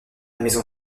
maison